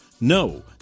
No